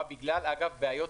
אומנם